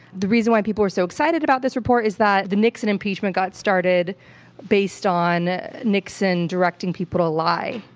the reason why people were so excited about this report is that the nixon impeachment got started based on nixon directing people to lie.